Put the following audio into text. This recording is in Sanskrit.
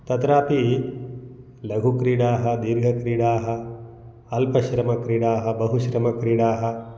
तत्रापि लघुक्रीडाः दीर्घक्रीडाः अल्पश्रमक्रीडाः बहुश्रमक्रीडाः